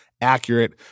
accurate